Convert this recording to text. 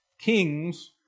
kings